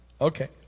Okay